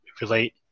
relate